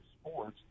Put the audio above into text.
sports